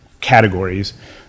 categories